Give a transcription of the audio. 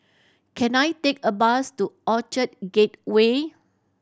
can I take a bus to Orchard Gateway